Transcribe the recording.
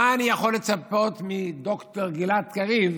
איך אני יכול לצפות מד"ר גלעד קריב